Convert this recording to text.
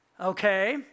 Okay